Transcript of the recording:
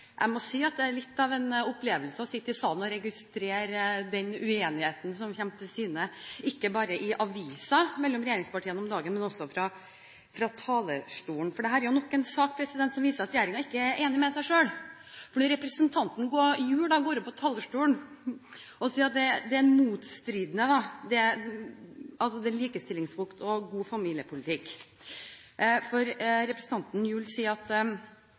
jeg må si at det er litt av en opplevelse å sitte i salen og registrere den uenigheten som kommer til syne mellom regjeringspartiene om dagen, ikke bare i avisen, men også fra talerstolen. For dette er nok en sak som viser at regjeringen ikke er enig med seg selv. Representanten Gjul går på talerstolen og sier at det som jeg tok opp i mitt innlegg, var feil, det at likestilling og god familiepolitikk er motstridende, at dette ikke henger sammen. Så gikk representanten Nilsson Ramsøy opp og erkjente at